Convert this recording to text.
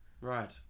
Right